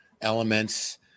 elements